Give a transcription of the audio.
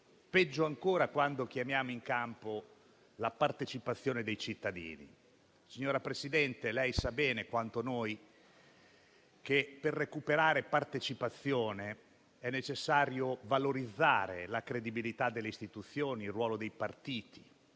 Peggio ancora quando chiamiamo in campo la partecipazione dei cittadini. Signora Presidente, lei sa bene quanto noi che, per recuperare partecipazione, è necessario valorizzare la credibilità delle istituzioni e il ruolo dei partiti.